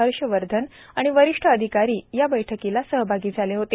हर्षवर्धन आणि वरिष्ठ अधिकारी देखील या बैठकीत सहभागी झाले होते